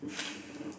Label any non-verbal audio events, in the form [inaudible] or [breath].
[breath]